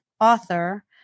author